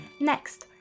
Next